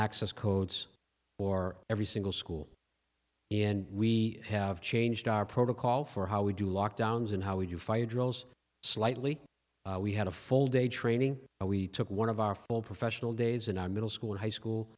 access codes for every single school and we have changed our protocol for how we do lock downs and how would you fire drills slightly we had a full day training and we took one of our full professional days and our middle school high school